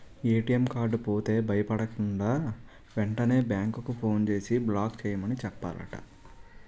ATM card పోతే భయపడకుండా, వెంటనే బేంకుకి ఫోన్ చేసి బ్లాక్ చేయమని చెప్పాలట